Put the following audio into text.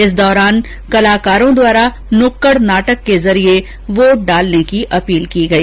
इस दौरान कलाकारों द्वारा नुक्कड़ नाटक के जरिए वोट डालने की अपील की गई